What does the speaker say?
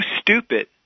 stupid